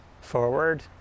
forward